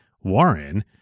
Warren